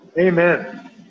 Amen